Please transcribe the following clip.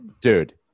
Dude